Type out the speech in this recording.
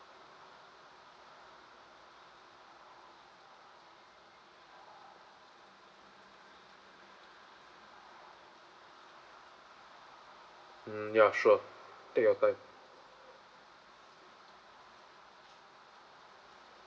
mm ya sure take your time